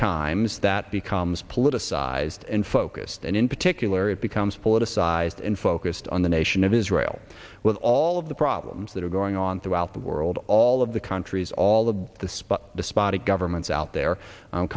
times that becomes politicized and focused and in particular it becomes politicized and focused on the nation of israel with all of the problems that are going on throughout the world all of the countries all of this but despotic governments out there